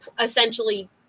essentially